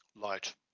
light